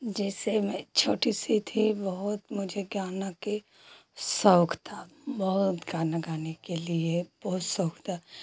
जैसे मैं छोटी सी थी बहुत मुझे गाना कि शौक था बहुत गाना गाने के लिए बहुत शौक था